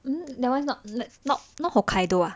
hmm that one is not not not hokkaido ah